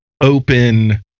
open